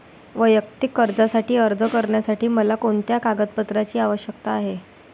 वैयक्तिक कर्जासाठी अर्ज करण्यासाठी मला कोणत्या कागदपत्रांची आवश्यकता आहे?